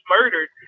murdered